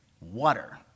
water